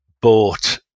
bought